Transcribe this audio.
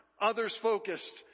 others-focused